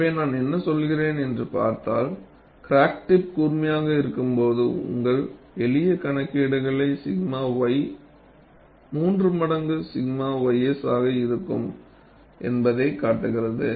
எனவே நான் என்ன சொல்கிறேன் என்று பார்த்தால் கிராக் டிப் கூர்மையாக இருக்கும்போது உங்கள் எளிய கணக்கீடுகள் 𝛔 y 3 மடங்கு 𝛔 ys ஆக இருக்கும் என்பதைக் காட்டுகிறது